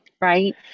right